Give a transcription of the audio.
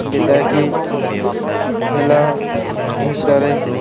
ବିଦାକି ହେଲା ଭିତରେ